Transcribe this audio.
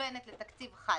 מוכוונת לתקציב חד-שנתי.